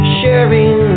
sharing